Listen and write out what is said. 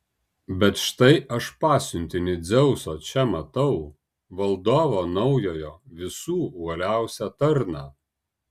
bet štai aš pasiuntinį dzeuso čia matau valdovo naujojo visų uoliausią tarną